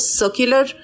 circular